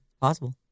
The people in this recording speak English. possible